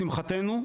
לשמחתנו,